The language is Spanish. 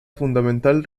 fundamental